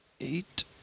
Eight